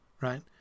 right